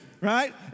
Right